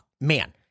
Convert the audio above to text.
man